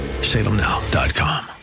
Salemnow.com